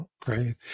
Great